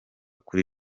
kuri